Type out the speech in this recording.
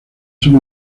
son